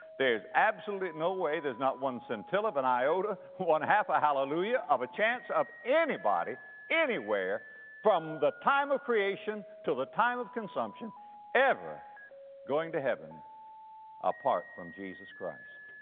there's absolutely no way, there's not one scintilla of an iota, one half a hallelujah of a chance of anybody anywhere from the time of creation till the time of consumption ever going to heaven apart from jesus christ.